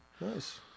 Nice